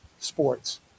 sports